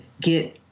get